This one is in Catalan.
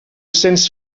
sens